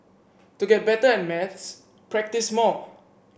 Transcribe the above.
to get better at maths practise more